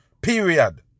Period